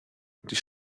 die